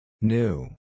New